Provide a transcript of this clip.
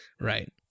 Right